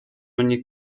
ogni